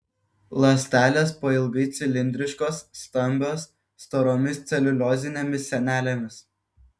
ląstelės pailgai cilindriškos stambios storomis celiuliozinėmis sienelėmis